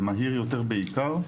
ומהיר יותר בעיקר.